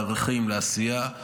לערכים ולעשייה.